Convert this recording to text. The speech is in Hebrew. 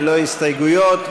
ללא הסתייגויות,